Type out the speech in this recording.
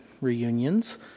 Reunions